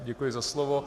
Děkuji za slovo.